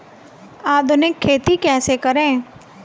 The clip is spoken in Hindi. आधुनिक खेती कैसे करें?